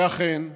ואכן,